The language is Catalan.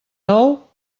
nou